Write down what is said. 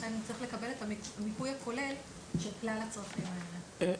ולכן צריך לקבל את המיפוי הכולל של כלל הצרכים האלה.